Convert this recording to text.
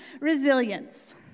Resilience